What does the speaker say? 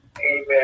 Amen